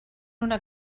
una